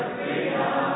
freedom